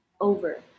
over